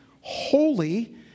holy